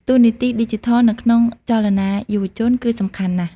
តួនាទីឌីជីថលនៅក្នុងចលនាយុវជនគឺសំខាន់ណាស់។